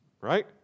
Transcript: right